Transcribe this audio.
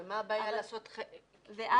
אבל מה הבעיה לעשות את השילוב,